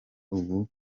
ubu